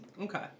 okay